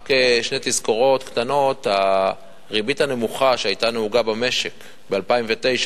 שתי תזכורות קטנות: הריבית הנמוכה שהיתה נהוגה במשק ב-2009,